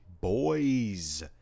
Boys